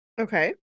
Okay